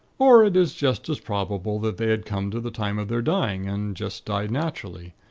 or it is just as probable that they had come to the time of their dying, and just died naturally.